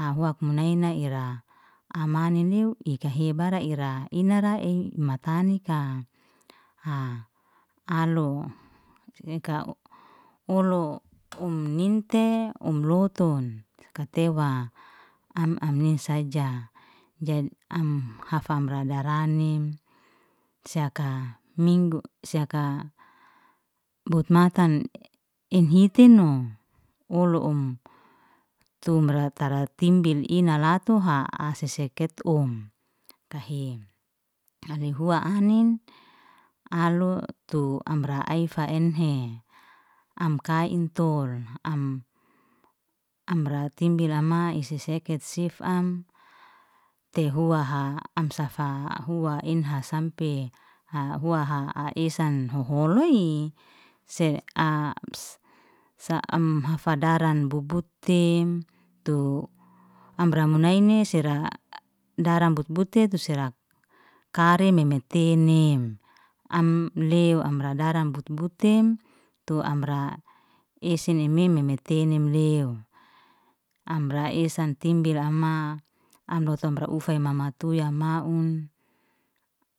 Au huak manaina ira, amani niu i kahe bara ira ina ra ei mata nika, alo um ninte, um lotun katewa, am amni saja, jad am hafam ra daranim, seyaka minggu, seyaka botmatan enhit tinom, wolu um tumra tara timbil ina latuha ase seket um kahe, anlehua anin, aloy tu amra ai fa'enhe. Am kaintol amra timbil amai i seseket sif am tehua ha am safa ua enha sampe ua ha esan huholoy, se sa am afa daran buk- buk tem tu amra munaine sera daran but- but tu sera, kare meme tenem, am lew am radaram but- but tem tu amra esen eme meme tenem lew. Amra esan timbil ama, am lotu amra ufe mamatuya maun,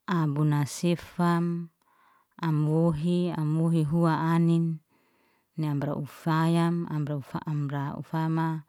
am buna sifam, am wohi, am muhi hua anin ni amra ufayam amra amr ufama.